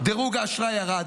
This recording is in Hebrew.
דרוג האשראי ירד,